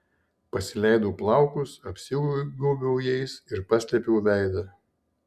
pasileidau plaukus apsigaubiau jais ir paslėpiau veidą